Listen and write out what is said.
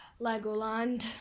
Legoland